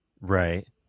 Right